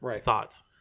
thoughts